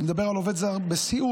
אני מדבר על עובד זר בסיעוד,